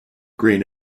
green